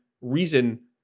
reason